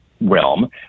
realm